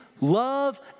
Love